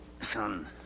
son